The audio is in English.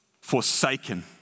forsaken